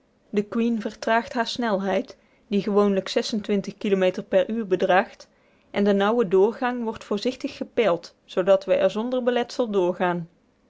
the queen vertraagt hare snelheid die gewoonlijk kilometer per uur bedraagt en de nauwe doorgang wordt voorzichtig gepeild zoodat we er zonder beletsel doorgaan